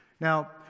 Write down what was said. Now